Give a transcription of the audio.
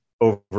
over